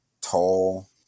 tall